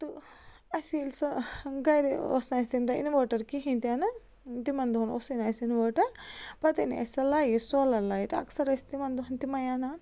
تہٕ اَسہِ ییٚلہِ سۄ گَرِ ٲس نہٕ اَسہِ تیٚمۍ دۄہ اِنوٲٹَر کِہیٖنۍ تہِ نہٕ تِمَن دۄہَن اوسُے نہٕ اَسہِ اِنوٲٹَر پَتہٕ اَنے اَسہِ سۄ لایِٹ سولَر لایِٹ اَکثَر ٲسۍ تِمَن دۄہَن تِمَے اَنان